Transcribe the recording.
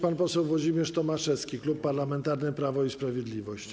Pan poseł Włodzimierz Tomaszewski, Klub Parlamentarny Prawo i Sprawiedliwość.